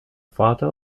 father